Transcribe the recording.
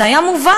זה היה מובן,